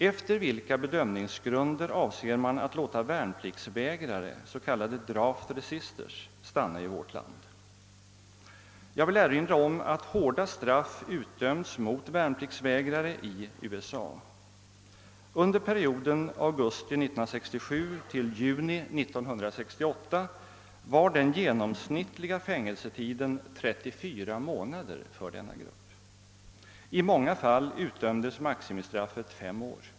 Efter vilka bedömningsgrunder avser man att låta värnpliktsvägrare, s.k. draft resisters, stanna i vårt land? Jag vill erinra om att hårda straff utdömts mot värnpliktsvägrare i USA. Under perioden augusti 1967—juni 1968 var den genomsnittliga utdömda fängelsetiden 34 månader för denna grupp. I många fall utdömdes maximistraffet fem år.